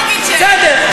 בסדר.